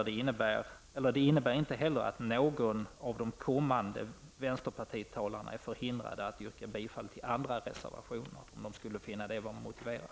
Det innebär inte heller att någon av de kommande talarna från vänsterpartiet är förhindrade att yrka bifall till andra reservationer, om de skulle finna detta vara motiverat.